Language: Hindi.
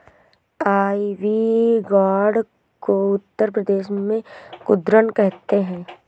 आईवी गौर्ड को उत्तर प्रदेश में कुद्रुन कहते हैं